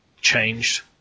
changed